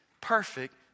perfect